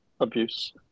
abuse